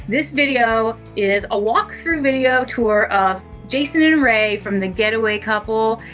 this video is a walkthrough video tour of jason and rae from the getaway couple,